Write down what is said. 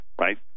right